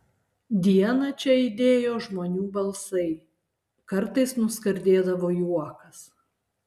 dieną čia aidėjo žmonių balsai kartais nuskardėdavo juokas